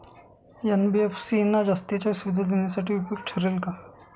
NBFC ना जास्तीच्या सुविधा देण्यासाठी उपयुक्त ठरेल का?